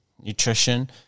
nutrition